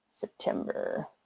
September